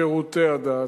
שירותי הדת.